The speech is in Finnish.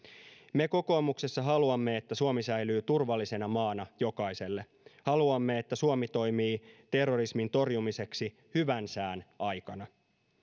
me kokoomuksessa haluamme että suomi säilyy turvallisena maana jokaiselle haluamme että suomi toimii terrorismin torjumiseksi hyvän sään aikana